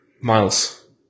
Miles